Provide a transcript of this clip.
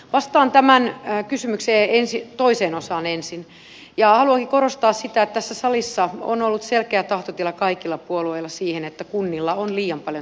vastaan tämän kysymyksen toiseen osaan ensin ja haluankin korostaa sitä että tässä salissa on ollut selkeä tahtotila kaikilla puolueilla siihen että kunnilla on liian paljon tehtäviä